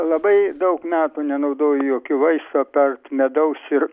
labai daug metų nenaudoju jokių vaisių apart medaus ir